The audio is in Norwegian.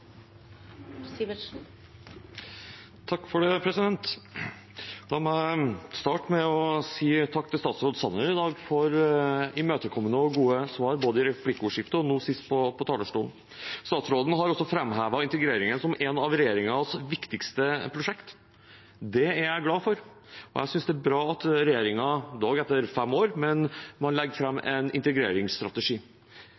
La meg starte med å si takk til statsråd Sanner i dag for imøtekommende og gode svar både i replikkordskiftet og nå sist her på talerstolen. Statsråden har også framhevet integreringen som et av regjeringens viktigste prosjekter. Det er jeg glad for, og jeg synes det er bra at regjeringen, dog etter fem år,